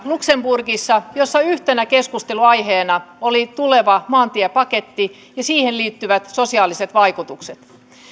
luxemburgissa liikenneneuvostossa jossa yhtenä keskusteluaiheena oli tuleva maantiepaketti ja siihen liittyvät sosiaaliset vaikutukset